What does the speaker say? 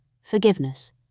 Forgiveness